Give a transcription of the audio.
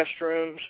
restrooms